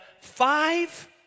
five